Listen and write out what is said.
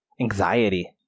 anxiety